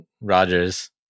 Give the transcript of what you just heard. Rogers